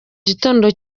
gitondo